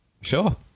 Sure